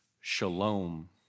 shalom